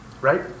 Right